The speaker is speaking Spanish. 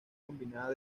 combinada